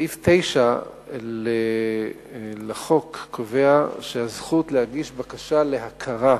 סעיף 9 לחוק קובע שהזכות להגיש בקשה להכרה